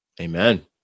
Amen